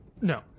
No